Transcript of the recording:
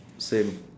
same